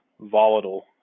volatile